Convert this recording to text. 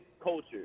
culture